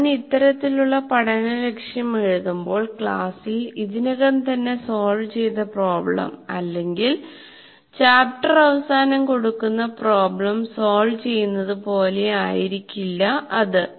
" ഞാൻ ഇത്തരത്തിലുള്ള പഠന ലക്ഷ്യം എഴുതുമ്പോൾ ക്ലാസിൽ ഇതിനകം തന്നെ സോൾവ് ചെയ്ത പ്രോബ്ലം അല്ലെങ്കിൽ ചാപ്റ്റർ അവസാനം കൊടുക്കുന്ന പ്രോബ്ലം സോൾവ് ചെയ്യന്നത് പോലെയായിരിക്കില്ല ഇത്